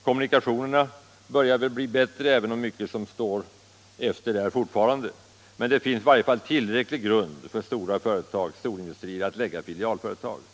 Kommunikationerna Om Stålverk 80, = börjar också bli bättre, även om mycket släpar efter fortfarande, och m.m. det finns i varje fall tillräcklig grund för storindustrier att lägga filialföretag där.